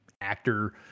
actor